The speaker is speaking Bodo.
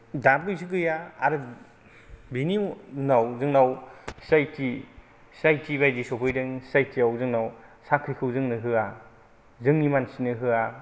दाबो एसे गैया आरो बेनि उनाव जोंनाव C I T C I T बायदि सोफैदों सि आइ टि आव जोंनाव साख्रिखौ जोंनो होआ जोंनि मानसिनो होआ